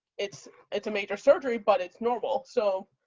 it's it's a major surgery but it's normal. so,